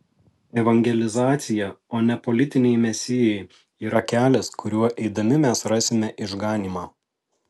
evangelizacija o ne politiniai mesijai yra kelias kuriuo eidami mes rasime išganymą